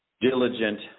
diligent